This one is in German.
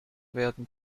werden